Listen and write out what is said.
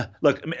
look